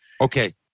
Okay